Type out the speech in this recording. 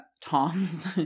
Tom's